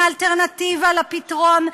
מאלטרנטיבה לפתרון,